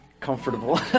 Comfortable